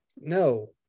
no